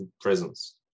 presence